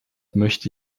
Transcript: möchte